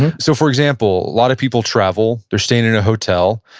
so for example, a lot of people travel. they're staying in a hotel.